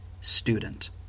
student